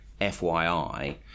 FYI